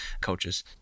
cultures